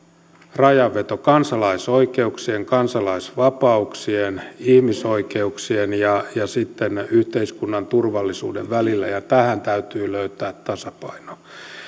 rajanveto kansalaisoikeuksien kansalaisvapauksien ihmisoikeuksien ja sitten yhteiskunnan turvallisuuden välillä ja tähän täytyy löytää tasapaino